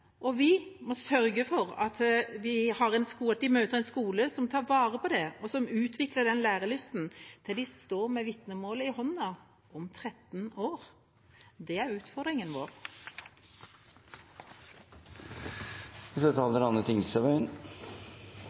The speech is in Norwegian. lære. Vi må sørge for at de møter en skole som tar vare på det, og som utvikler lærelysten til de står med vitnemålet i hånda om 13 år. Det er utfordringen